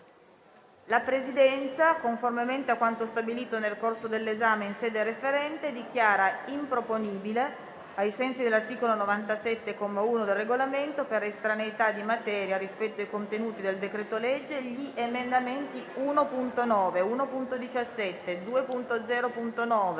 La Presidenza, conformemente a quanto stabilito nel corso dell'esame in sede referente, dichiara improponibili, ai sensi dell'articolo 97, comma 1, del Regolamento, per estraneità di materia rispetto ai contenuti del decreto-legge, gli emendamenti 1.9, 1.17, 2.0.9,